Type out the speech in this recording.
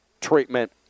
treatment